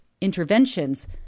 interventions